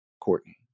Courtney